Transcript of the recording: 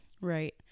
Right